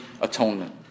atonement